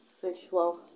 sexual